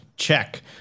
check